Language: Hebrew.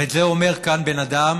ואת זה אומר כאן בן אדם